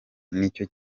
nicyo